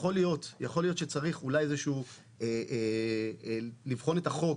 יכול להיות שצריך לבחון את החוק,